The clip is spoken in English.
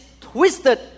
twisted